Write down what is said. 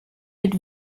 mit